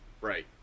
right